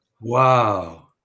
Wow